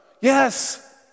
Yes